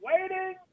waiting